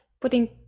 putting